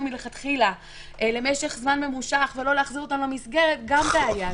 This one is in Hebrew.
מלכתחילה למשך זמן ממושך ולא להחזיר אותם למסגרת זו גם בעיה.